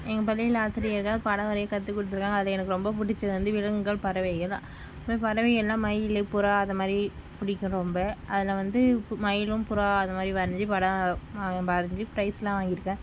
எங்கள் பள்ளியில் ஆசிரியர்கள் படம் வரைய கற்றுக் கொடுத்துருக்காங்க அது எனக்கு ரொம்ப பிடிச்சது வந்து விலங்குகள் பறவைகள் பறவைகள்னால் மயில் புறா அதை மாதிரி பிடிக்கும் ரொம்ப அதில் வந்து மயிலும் புறா அந்த மாதிரி வரஞ்சு படம் வரஞ்சு ப்ரைஸ்லாம் வாங்கியிருக்கேன்